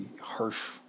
harsh